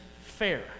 fair